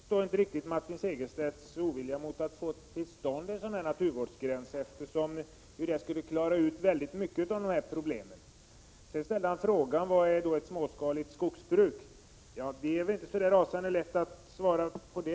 Herr talman! Jag förstår inte riktigt Martin Segerstedts ovilja mot att få till stånd en naturvårdsgräns. Med en sådan skulle man kunna lösa många av de problem som finns. Martin Segerstedt ställde också frågan: Vad är ett småskaligt skogsbruk? Det är inte så lätt att